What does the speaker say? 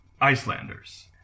Icelanders